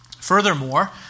Furthermore